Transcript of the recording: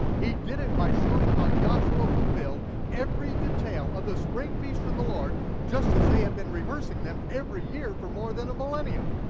he did it by showing how yahshua fulfilled every detail of the spring feast of the lord just as they had been rehearsing them every year for more than a millennium.